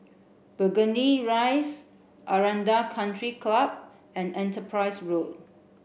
Burgundy Rise Aranda Country Club and Enterprise Road